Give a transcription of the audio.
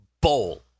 Bowl